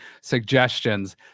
suggestions